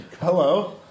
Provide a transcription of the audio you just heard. Hello